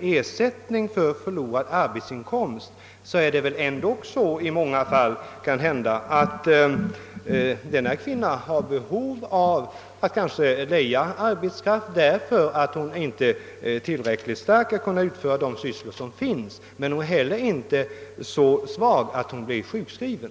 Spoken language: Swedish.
ersättning för förlorad arbetsinkomst har väl kvinnan ändå i många fall behov av att leja arbetskraft, därför att hon inte är tillräckligt stark att utföra nödvändiga sysslor men inte heller så svag att hon blir sjukskriven.